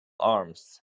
arms